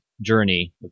journey